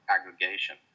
aggregation